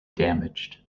damaged